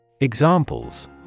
Examples